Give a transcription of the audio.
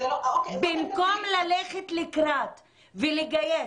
במקום ללכת לקראת ולגייס,